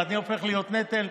ואני הופך להיות נטל,